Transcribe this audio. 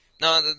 No